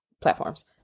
platforms